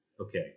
okay